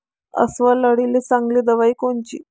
अस्वल अळीले चांगली दवाई कोनची?